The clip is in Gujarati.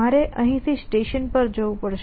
મારે અહીંથી સ્ટેશન પર જવું પડશે